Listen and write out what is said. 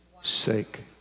sake